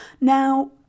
Now